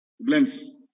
blends